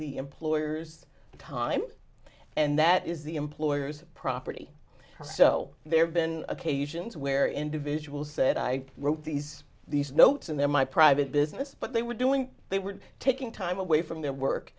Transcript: the employer's time and that is the employer's property so there have been occasions where individuals said i wrote these these notes and they're my private business but they were doing they were taking time away from their work